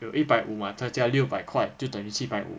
有一百五嘛再加六百块就等于七百五